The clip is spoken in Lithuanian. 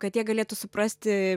kad jie galėtų suprasti